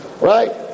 right